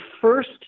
first